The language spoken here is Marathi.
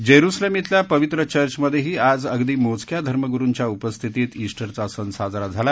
जव्सिलम खिल्या पवित्र चर्चमध्यहीीआज अगदी मोजक्या धर्मगुरुंच्या उपस्थितीत उट्टरचा सण साजरा झाला